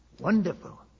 Wonderful